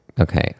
Okay